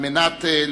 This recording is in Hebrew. על מנת להקריא,